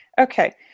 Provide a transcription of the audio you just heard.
Okay